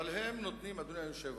נותנים, אדוני היושב-ראש,